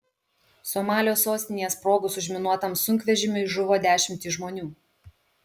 somalio sostinėje sprogus užminuotam sunkvežimiui žuvo dešimtys žmonių